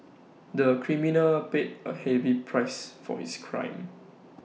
the criminal paid A heavy price for his crime